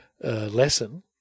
lesson